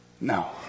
No